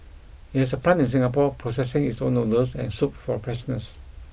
it has a plant in Singapore processing its own noodles and soup for freshness